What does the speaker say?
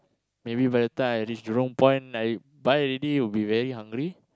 maybe by the time I reach Jurong-Point I buy already will be very hungry